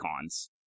icons